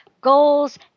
goals